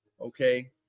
okay